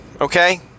Okay